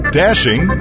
dashing